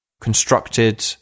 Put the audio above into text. constructed